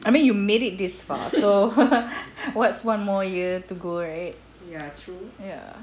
I mean you made it this far so what's one more year to go right ya